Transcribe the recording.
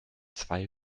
zwei